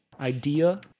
idea